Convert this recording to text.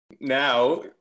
Now